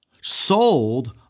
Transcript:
sold